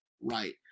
right